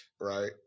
right